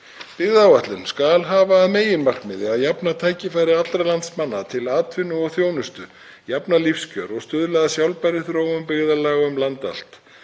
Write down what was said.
„Byggðaáætlun skal hafa að meginmarkmiði að jafna tækifæri allra landsmanna til atvinnu og þjónustu, jafna lífskjör og stuðla að sjálfbærri þróun byggðarlaga um land allt.